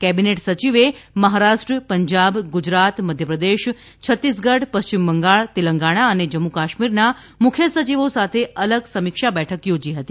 cabinet સચિવે મહારાષ્ટ્ર પંજાબ ગુજરાત મધ્યપ્રદેશ છત્તીસગઢ પશ્ચિમ બંગાળ તેલંગાણા અને જમ્મુ કાશ્મીરના મુખ્ય સચિવો સાથે અલગ સમીક્ષા બેઠક યોજી હતી